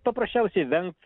paprasčiausiai vengt